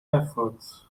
efforts